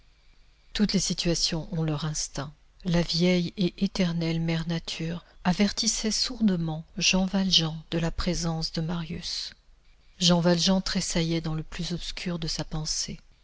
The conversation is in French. toutes les situations ont leurs instincts la vieille et éternelle mère nature avertissait sourdement jean valjean de la présence de marius jean valjean tressaillait dans le plus obscur de sa pensée